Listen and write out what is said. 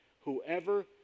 whoever